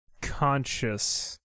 Conscious